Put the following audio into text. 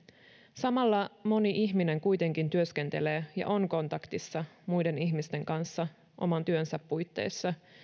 samalla moni ihminen kuitenkin työskentelee ja on kontaktissa muiden ihmisten kanssa oman työnsä puitteissa